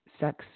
sex